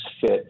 fit